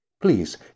Please